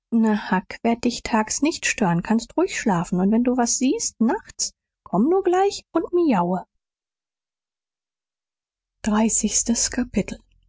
werd dich tags nicht stören kannst ruhig schlafen und wenn du was siehst nachts komm nur gleich und miaue dreißigstes kapitel